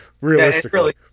realistically